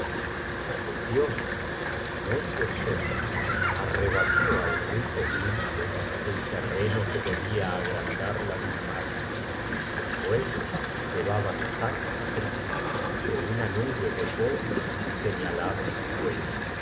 gefiona muy gozosa arrebató al rico gilfo el terreno que debia agrandar la dinamarca los bueyes llevaban tanta prisa que una nube de polvo señalaba su huella